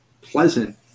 pleasant